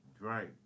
Right